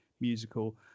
musical